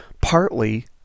partly